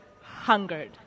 hungered